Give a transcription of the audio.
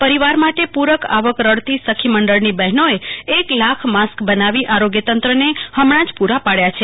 પરિવાર માટે પુરક આવક રળતી સખી મંડળની બહેનોએ એક લાખ માસ્ક બનાવી આરોગ્ય તંત્ર ને ફમણા જ પુરા પાડ્યા છે